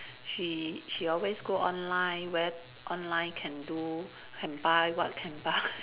she she always go online where online can do can buy what can buy